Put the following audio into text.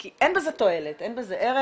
כי אין בזה תועלת, אין בזה ערך,